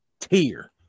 tier